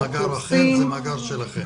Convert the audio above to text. לא קיבלתם ממאגר אחר, זה מאגר שלכם.